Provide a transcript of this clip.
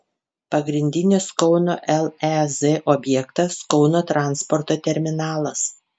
pagrindinis kauno lez objektas kauno transporto terminalas